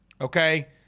Okay